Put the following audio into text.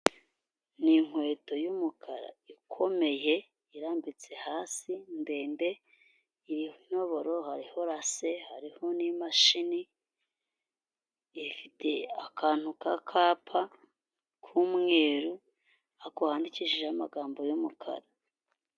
Ni inkweto y'umukara ikomeye, irambitse hasi ndende, iriho intoboro, hariho rase, hariho n'imashini ifite akantu k'akapa k'umweru, ariko handikishijweho amagambo y'umukara.